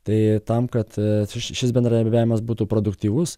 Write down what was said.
tai tam kad šis bendradarbiavimas būtų produktyvus